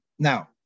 Now